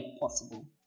possible